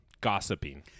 gossiping